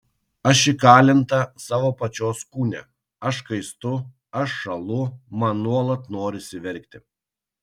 aš įkalinta savo pačios kūne aš kaistu aš šąlu man nuolat norisi verkti